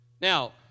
Now